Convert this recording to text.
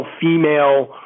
female